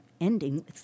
ending